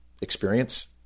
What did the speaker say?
experience